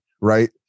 right